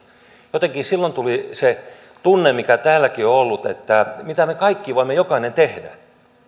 jotenkin silloin tuli se tunne mikä täälläkin on on ollut että mitä me kaikki voimme jokainen tehdä